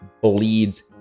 bleeds